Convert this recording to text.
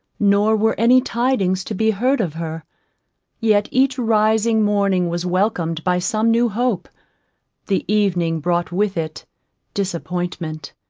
nor were any tidings to be heard of her yet each rising morning was welcomed by some new hope the evening brought with it disappointment.